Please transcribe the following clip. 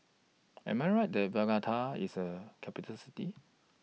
Am I Right that IS A Capital City